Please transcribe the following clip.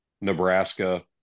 Nebraska